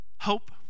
Hope